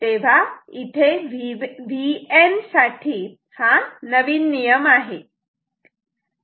तेव्हा इथे Vn साठी हा नवीन नियम आहे